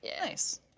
Nice